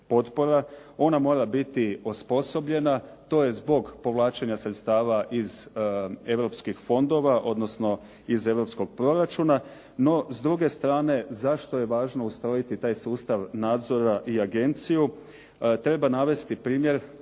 Ona mora biti osposobljena. To je zbog povlačenja sredstava iz europskih fondova odnosno iz europskog proračuna. No, s druge strane zašto je važno ustrojiti taj sustav nadzora i agenciju? Treba navesti primjer,